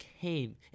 came